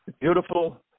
beautiful